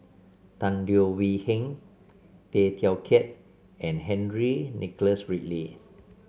Tan Leo Wee Hin Tay Teow Kiat and Henry Nicholas Ridley